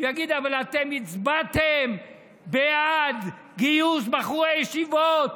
יגיד: אבל אתם הצבעתם בעד גיוס בחורי הישיבות,